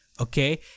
okay